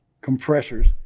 compressors